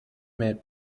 met